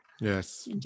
Yes